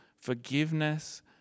forgiveness